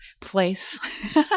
place